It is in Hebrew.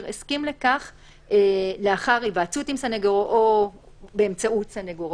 הסכים לכך לאחר היוועצות עם סנגורו" או באמצעות סנגורו,